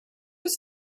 was